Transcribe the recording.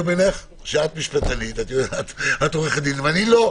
את עורכת דין ואני לא.